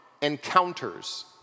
encounters